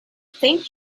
think